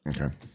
Okay